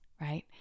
right